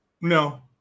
No